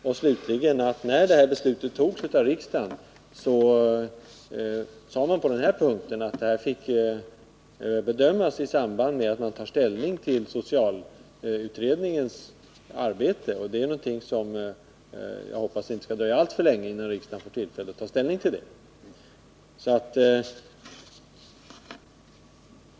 Jag vill framhålla att det när riksdagen fattade sitt beslut på denna punkt uttalades att detta fick bedömas i samband med att man tar ställning till socialutredningens arbete, och jag hoppas att det inte skall dröja alltför länge innan riksdagen får tillfälle att göra det.